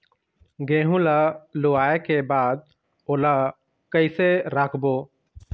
गेहूं ला लुवाऐ के बाद ओला कइसे राखबो?